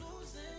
Losing